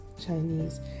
Chinese